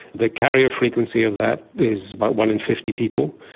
the carrier frequency of that is about one in fifty people.